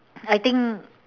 I think